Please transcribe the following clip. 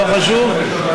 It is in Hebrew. לא חשוב,